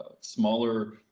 smaller